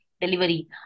delivery